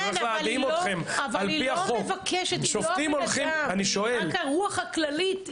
היא רק הרוח הכללית.